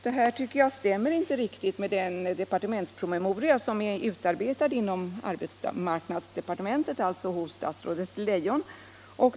Det stämmer inte riktigt med den departementspromemoria som är utarbetad inom arbetsmarknadsdepartementet, alltså hos statsrådet Leijon.